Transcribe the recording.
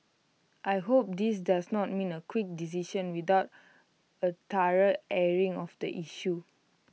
I hope this does not mean A quick decision without A thorough airing of the issue